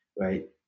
right